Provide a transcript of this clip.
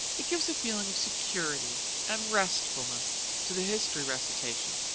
it gives a feeling of security and restfulness to the history recitation,